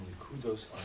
Kudos